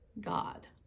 God